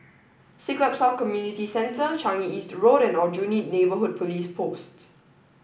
Siglap South Community Centre Changi East Road and Aljunied Neighbourhood Police Post